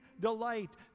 delight